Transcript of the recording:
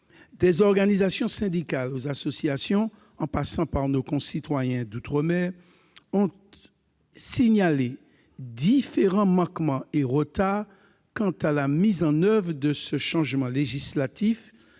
des organisations syndicales aux associations, en passant par nos concitoyens d'outre-mer, tous ont signalé différents manquements et retards quant à la mise en oeuvre de ce changement législatif